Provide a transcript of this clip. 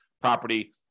property